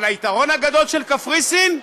אבל היתרון הגדול של קפריסין,